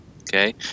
okay